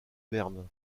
berne